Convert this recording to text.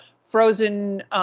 frozen